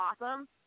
awesome